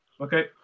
Okay